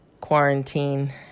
quarantine